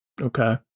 Okay